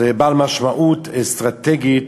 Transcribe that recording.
בעל משמעות אסטרטגית,